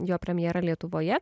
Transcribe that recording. jo premjera lietuvoje